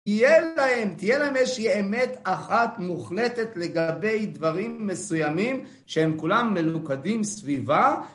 תהיה להם, תהיה להם איזושהי אמת אחת מוחלטת לגבי דברים מסוימים שהם כולם מלוכדים סביבה.